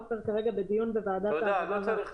עופר כרגע בדיון בוועדת העבודה והרווחה.